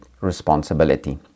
responsibility